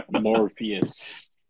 Morpheus